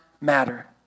matter